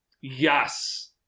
yes